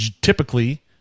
typically